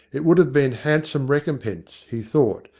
it would have been handsome re compense, he thought,